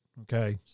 Okay